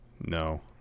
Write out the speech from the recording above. No